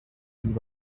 and